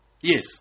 Yes